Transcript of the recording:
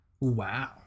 Wow